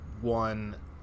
one